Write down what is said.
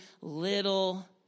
little